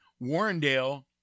Warrendale